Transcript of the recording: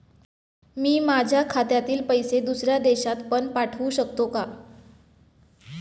मी माझ्या खात्यातील पैसे दुसऱ्या देशात पण पाठवू शकतो का?